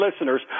listeners